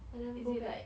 I never go back